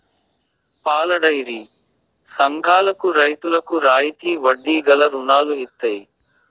పాలడైరీ సంఘాలకు రైతులకు రాయితీ వడ్డీ గల రుణాలు ఇత్తయి